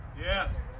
Yes